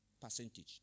percentage